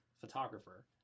photographer